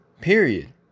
Period